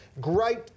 great